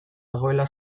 dagoela